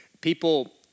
People